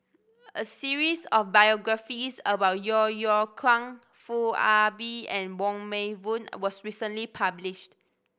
a series of biographies about Yeo Yeow Kwang Foo Ah Bee and Wong Meng Voon was recently published